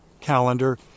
calendar